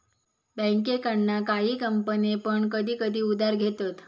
बँकेकडना काही कंपने पण कधी कधी उधार घेतत